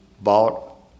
bought